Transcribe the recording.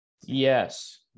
Yes